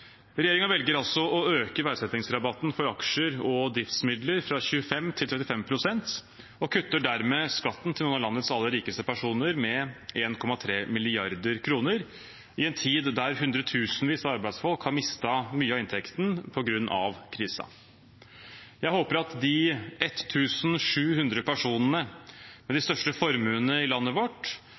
velger å øke verdsettingsrabatten for aksjer og driftsmidler fra 25 pst. til 35 pst. og kutter dermed skatten til noen av landets aller rikeste personer med 1,3 mrd. kr, i en tid da hundretusenvis av arbeidsfolk har mistet mye av inntekten sin på grunn av krisen. Jeg håper at de 1 700 personene med de største formuene i landet vårt